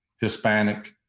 Hispanic